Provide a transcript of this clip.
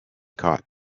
caught